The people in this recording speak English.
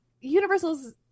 universal's